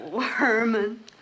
Herman